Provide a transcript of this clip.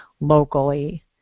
locally